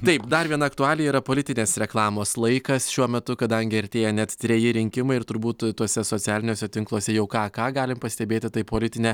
taip dar viena aktualija yra politinės reklamos laikas šiuo metu kadangi artėja net treji rinkimai ir turbūt tuose socialiniuose tinkluose jau ką ką galim pastebėti tai politinę